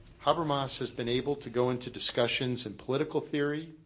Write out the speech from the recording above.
habermas has been able to go into discussions in political theory,